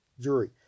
jury